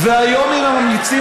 והיום הם ממליצים,